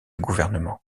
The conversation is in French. gouvernement